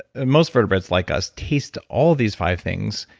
most vertebrates like us, taste all these five things.